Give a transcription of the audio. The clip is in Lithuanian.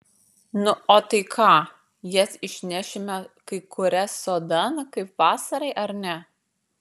nu o tai ką jas išnešime kai kurias sodan kaip vasarai ar ne